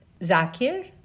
Zakir